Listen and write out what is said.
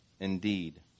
Indeed